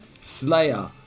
slayer